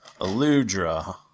Aludra